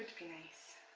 be nice.